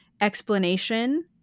explanation